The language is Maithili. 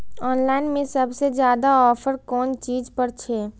ऑनलाइन में सबसे ज्यादा ऑफर कोन चीज पर छे?